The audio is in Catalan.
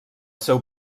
seu